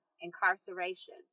incarceration